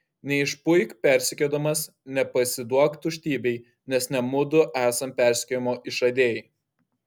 neišpuik persekiodamas nepasiduok tuštybei nes ne mudu esam persekiojimo išradėjai